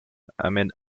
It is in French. ahmed